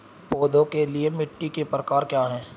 पौधों के लिए मिट्टी के प्रकार क्या हैं?